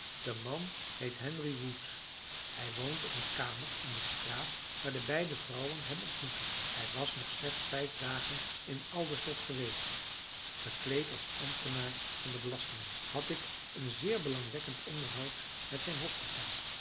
de man heet henry wood hij woont op een kamer in de straat waar de beide vrouwen hem ontmoetten hij was nog slechts vijf dagen in aldershot geweest verkleed als ambtenaar van de belastingen had ik een zeer belangwekkend onderhoud met zijn hospita